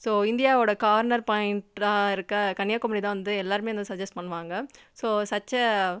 so இந்தியாவோடய corner பாயிண்ட்டாக இருக்கற கன்னியாகுமரி தான் வந்து எல்லோருமே வந்து சஜெஸ்ட் பண்ணுவாங்க ஸோ ஸச் ச